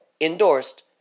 endorsed